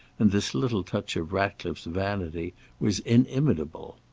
and this little touch of ratcliffe's vanity was inimitable.